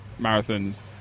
marathons